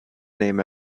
name